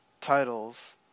titles